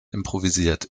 improvisiert